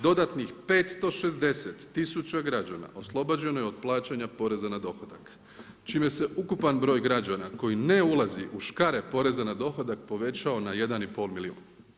Dodatnih 560 tisuća građana oslobođeno je od plaćanja poreza na dohodak čime se ukupan broj građana koji ne ulazi u škare poreza na dohodak povećao na 1,5 milijun.